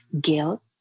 guilt